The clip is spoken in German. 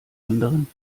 anderen